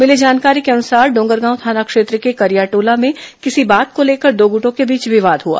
मिली जानकारी के अनुसार डोंगरगांव थाना क्षेत्र के करियाटोला में किसी बात को लेकर दो गुटों के बीच विवाद हआ